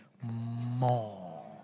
more